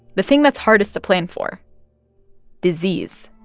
the thing that's hardest to plan for disease